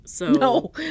No